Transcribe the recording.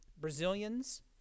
Brazilians